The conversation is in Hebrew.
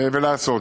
ולעשות.